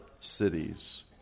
cities